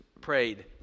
prayed